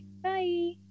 Bye